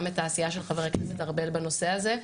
את העשייה של חבר הכנסת ארבל בנושא הזה,